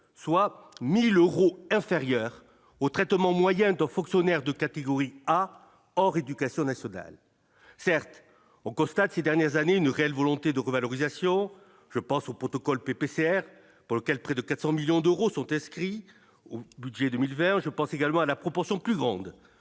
soit 1000 euros inférieur au traitement moyen donc fonctionnaire de catégorie A hors Éducation nationale certes on constate ces dernières années une réelle volonté de revalorisation, je pense au protocole PPCR pour lequel près de 400 millions d'euros sont inscrits au budget 2000 Vert je pense également à la proportion plus grande